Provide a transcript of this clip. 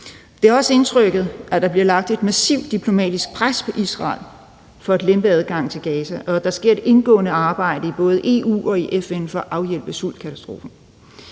Det er også indtrykket, at der bliver lagt et massivt diplomatisk pres på Israel for at lempe adgangen til Gaza, og at der sker et indgående arbejde i både EU og FN for at afhjælpe sultkatastrofen.